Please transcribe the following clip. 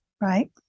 right